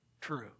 true